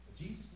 Jesus